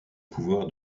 pouvoir